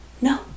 No